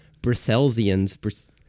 Brusselsians